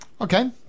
Okay